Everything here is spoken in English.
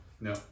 No